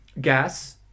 gas